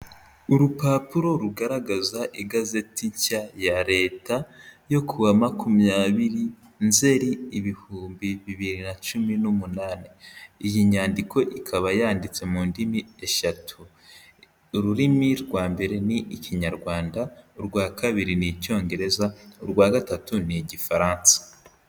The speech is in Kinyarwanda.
Urupapuro rugaragaza igazeti nshya ya Leta, yo kuwa makumyabiri, Nzeri, ibihumbi bibiri na cumi n'umunani. Iyi nyandiko ikaba yanditse mu ndimi eshatu. Ururimi rwa mbere ni ikinyarwanda, urwa kabiri ni icyongereza, urwa gatatu ni igifaransa.